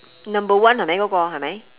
number one ah hai mai go go hai mai